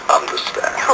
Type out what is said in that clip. understand